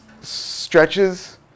stretches